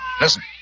Listen